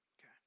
Okay